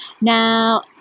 Now